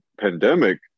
pandemic